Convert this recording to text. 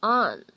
on